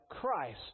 Christ